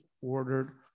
ordered